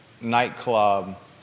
nightclub